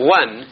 one